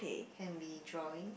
can be drawing